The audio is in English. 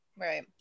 Right